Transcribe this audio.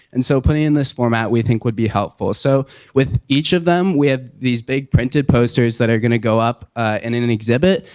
and so putting in this format, we think would be helpful. so with each of them, we have these big printed posters that are gonna go up in an exhibit,